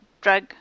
drug